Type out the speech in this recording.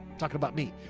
talk about me.